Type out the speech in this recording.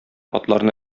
атларны